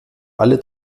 alle